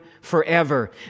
forever